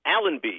Allenby